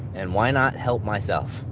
and why not help myself?